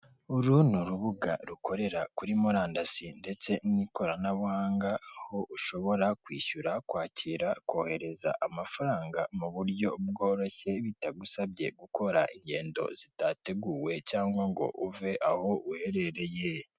Icyumba kigari gitatse neza gifite ibikuta by'umweru, hicayemo abagore n'abagabo bisa nk'aho bari mu nama, imbere yabo hateretse amacupa y'icyo kunywa, imashini ndetse n'igikapu.